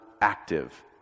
active